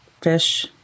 fish